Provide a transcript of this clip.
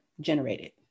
generated